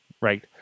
Right